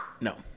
No